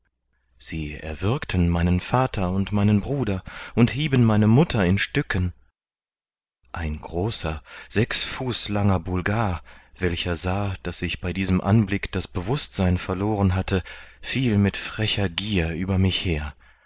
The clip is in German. sie erwürgten meinen vater und meinen bruder und hieben meine mutter in stücken ein großer sechs fuß langer bulgar welcher sah daß ich bei diesem anblick das bewußtsein verloren hatte fiel mit frecher gier über mich her